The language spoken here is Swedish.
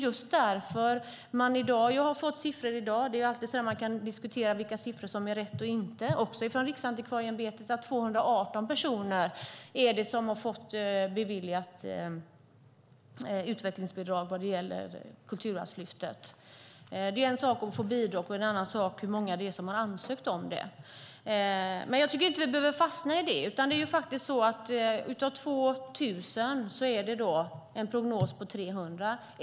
Jag har i dag fått siffror - man kan alltid diskutera vilka siffror som är riktiga - från Riksantikvarieämbetet som visar att 218 personer har fått utvecklingsbidrag beviljat vad gäller Kulturarvslyftet. Det är en sak att få bidrag och en annan sak hur många det är som har ansökt om det. Men jag tycker inte att vi behöver fastna i det. Av 2 000 är det en prognos på 300.